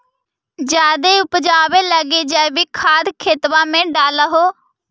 जायदे उपजाबे लगी जैवीक खाद खेतबा मे डाल हो?